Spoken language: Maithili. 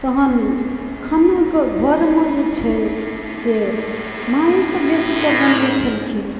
तहन खानाके घरमे जे छै से माँएसब बेसीतर बनबै छलखिन